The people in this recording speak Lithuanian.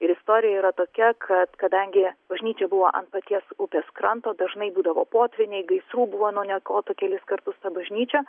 ir istorija yra tokia kad kadangi bažnyčia buvo ant paties upės kranto dažnai būdavo potvyniai gaisrų buvo nuniokota kelis kartus ta bažnyčia